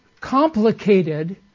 complicated